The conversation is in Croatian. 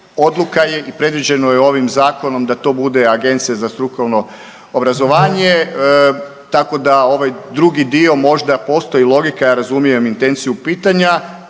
Odluka je i predviđeno je ovim zakonom da to bude Agencija za strukovno obrazovanje, tako da ovaj drugi dio možda postoji logika, ja razumijem intenciju pitanja,